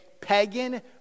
pagan